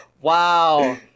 Wow